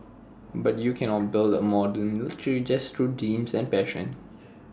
but you cannot build A modern military just through dreams and passion